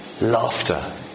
Laughter